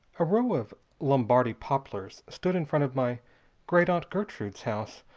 a row of lombardy poplars stood in front of my great-aunt gertrude's house,